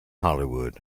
hollywood